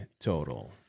total